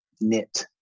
knit